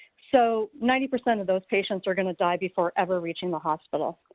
so ninety percent of those patients are going to die before ever reaching the hospital.